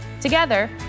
Together